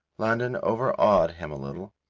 london overawed him a little,